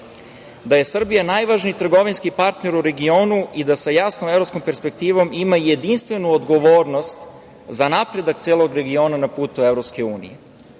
da je Srbija najvažniji trgovinski partner u regionu i da sa jasnom evropskom perspektivom ima jedinstvenu odgovornost za napredak celog regiona na putu